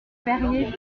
perier